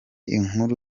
inkuru